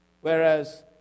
Whereas